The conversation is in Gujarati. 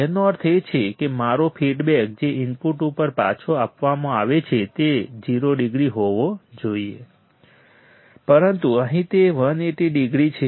તેનો અર્થ એ કે મારો ફીડબેક જે ઇનપુટ ઉપર પાછો આપવામાં આવે છે તે 0 ડિગ્રી હોવો જોઈએ પરંતુ અહીં તે 180 ડિગ્રી છે